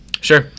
Sure